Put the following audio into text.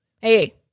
Hey